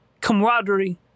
camaraderie